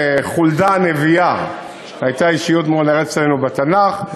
חולדה הנביאה הייתה אישיות מאוד נערצת עלינו בתנ"ך.